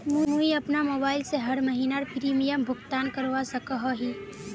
मुई अपना मोबाईल से हर महीनार प्रीमियम भुगतान करवा सकोहो ही?